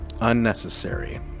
Unnecessary